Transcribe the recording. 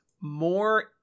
more